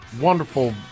wonderful